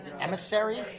emissary